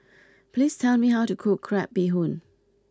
please tell me how to cook Crab Bee Hoon